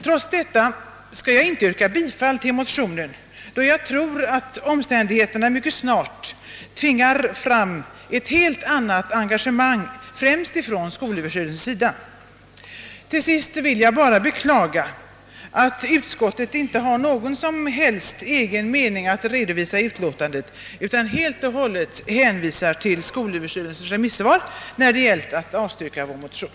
Trots detta skall jag inte yrka bifall till motionen, eftersom jag tror att omständigheterna mycket snart tvingar fram ett helt annat engagemang, främst från skolöverstyrelsens sida. Till sist vill jag bara beklaga att utskottet inte har någon som helst egen mening att anföra i utlåtandet utan helt och hållet hänvisar till skolöverstyrel sens remissvar när det gäller att avstyrka vår motion.